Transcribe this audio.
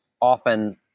often